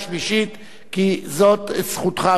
כי זאת זכותך המלאה לדרוש זאת,